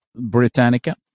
Britannica